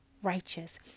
righteous